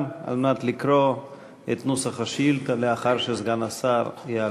על מנת לקרוא את נוסח השאילתה לאחר שסגן השר יעלה.